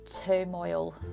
turmoil